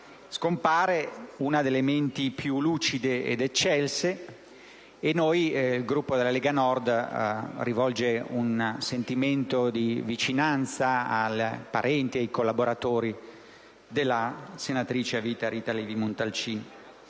Scompare una delle menti più lucide ed eccelse. Il Gruppo della Lega Nord rivolge un sentimento di vicinanza ai parenti e ai collaboratori della senatrice a vita Rita Levi-Montalcini.